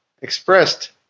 expressed